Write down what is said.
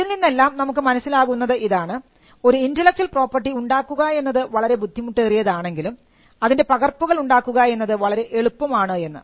ഇതിൽനിന്നെല്ലാം നമുക്ക് മനസ്സിലാകുന്നത് ഇതാണ് ഒരു ഇന്റെലക്ച്വൽ പ്രോപ്പർട്ടി ഉണ്ടാക്കുക എന്നത് വളരെ ബുദ്ധിമുട്ടേറിയതാണെങ്കിലും അതിൻറെ പകർപ്പുകൾ ഉണ്ടാക്കുക എന്നത് വളരെ എളുപ്പം ആണ് എന്ന്